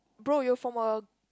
bro you're from a